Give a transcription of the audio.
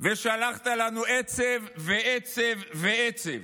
ושלחת לנו עצב ועצב ועצב.